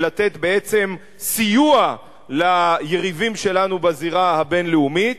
ולתת בעצם סיוע ליריבים שלנו בזירה הבין-לאומית,